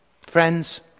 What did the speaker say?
Friends